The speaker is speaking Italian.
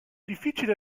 difficile